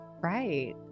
right